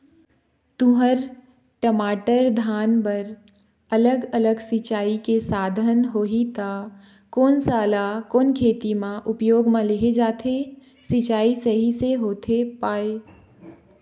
तुंहर, टमाटर, धान बर अलग अलग सिचाई के साधन होही ता कोन सा ला कोन खेती मा उपयोग मा लेहे जाथे, सिचाई सही से होथे पाए?